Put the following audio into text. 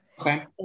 Okay